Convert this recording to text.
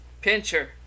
Pincher